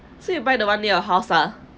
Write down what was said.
so you buy the one near our house ah